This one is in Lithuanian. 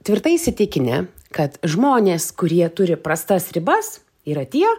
tvirtai įsitikinę kad žmonės kurie turi prastas ribas yra tie